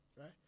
right